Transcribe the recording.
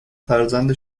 فرزند